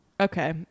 Okay